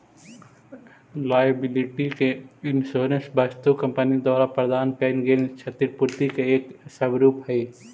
liability insurance वस्तु company द्वारा प्रदान कैइल गेल क्षतिपूर्ति के एक स्वरूप हई